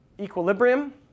equilibrium